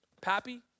Pappy